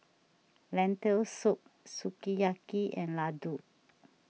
Lentil Soup Sukiyaki and Ladoo